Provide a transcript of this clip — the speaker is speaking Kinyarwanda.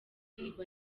iba